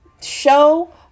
show